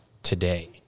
today